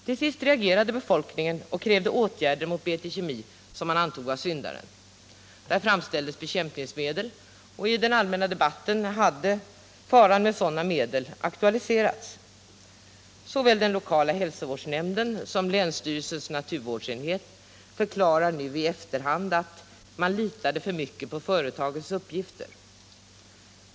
Till sist reagerade befolkningen och krävde åtgärder mot BT Kemi, som man ansåg vara syndaren. Där framställdes bekämpningsmedel, och i den allmänna debatten hade faran med sådana medel aktualiserats. Såväl den lokala hälsovårdsnämnden som länsstyrelsens naturvårdsenhet förklarar nu i efterhand att man litade för mycket på företagets uppgifter.